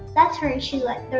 that's her, and she's like,